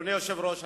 אדוני היושב-ראש,